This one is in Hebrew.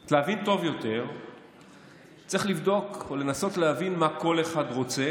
כדי להבין טוב יותר צריך לבדוק או לנסות להבין מה כל אחד רוצה